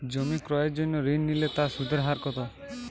জমি ক্রয়ের জন্য ঋণ নিলে তার সুদের হার কতো?